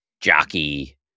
jockey